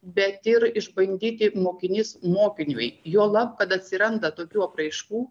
bet ir išbandyti mokinys mokiniui juolab kad atsiranda tokių apraiškų